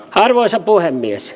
arvoisa puhemies